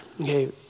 Okay